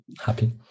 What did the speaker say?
happy